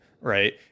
right